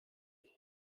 est